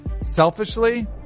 Selfishly